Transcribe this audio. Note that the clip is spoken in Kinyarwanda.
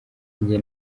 njye